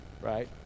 right